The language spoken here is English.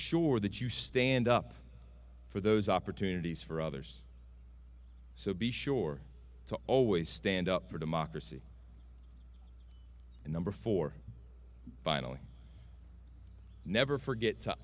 sure that you stand up for those opportunities for others so be sure to always stand up for democracy and number four finally never forget to